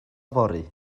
fory